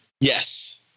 Yes